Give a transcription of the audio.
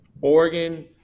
oregon